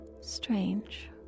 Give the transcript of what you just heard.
strange